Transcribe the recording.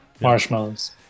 Marshmallows